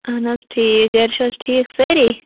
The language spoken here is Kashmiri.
اَہَن حظ ٹھیٖک گَرِ چھِ حظ ٹھیٖک سٲری